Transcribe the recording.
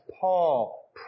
Paul